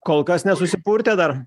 kol kas nesusipurtė dar